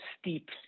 steep